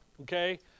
Okay